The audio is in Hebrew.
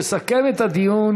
יסכם את הדיון